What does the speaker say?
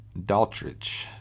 Daltrich